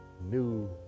new